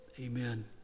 amen